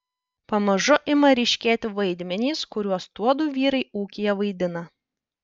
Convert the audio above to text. pamažu ima ryškėti vaidmenys kuriuos tuodu vyrai ūkyje vaidina